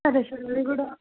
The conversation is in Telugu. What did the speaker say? సరే సార్ అవి కూడా